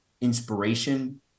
inspiration